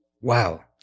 wow